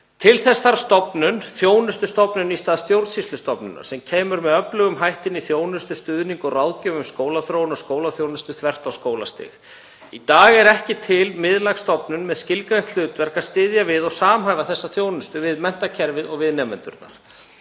Til þess þarf þjónustustofnun í stað stjórnsýslustofnunar sem kemur með öflugum hætti inn í þjónustu, stuðning og ráðgjöf um skólaþróun og skólaþjónustu þvert á skólastig. Í dag er ekki til miðlæg stofnun með skilgreint hlutverk að styðja við og samhæfa þessa þjónustu við menntakerfið og við nemendurna.